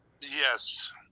Yes